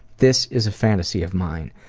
this is a fantasy of mine.